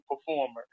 performer